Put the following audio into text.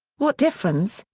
what difference,